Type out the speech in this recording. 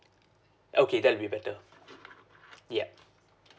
okay that will be better yup